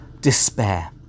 despair